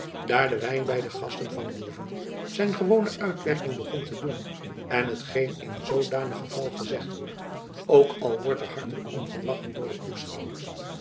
de wijn by de gasten van gourville zijn gewone uitwerking begon te doen en hetgeen in zoodanig geval gezegd wordt ook al wordt er hartelijk om gelachen door de toeschouwers